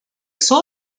sur